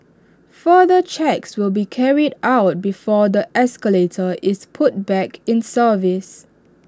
further checks will be carried out before the escalator is put back in service